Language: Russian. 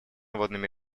водными